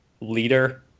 leader